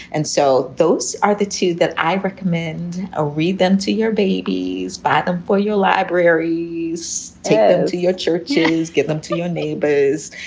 and so those are the two that i recommend a read them to your baby's bottom for your library, to to your churches give them to your neighbors,